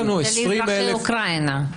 זה לאזרחי אוקראינה.